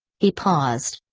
he paused.